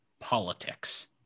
politics